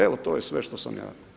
Evo to je sve što sam ja.